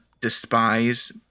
despise